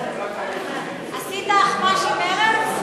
עשית אחמ"ש עם מרצ?